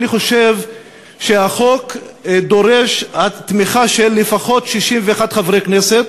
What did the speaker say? לכן אני חושב שהחוק דורש תמיכה של לפחות 61 חברי כנסת.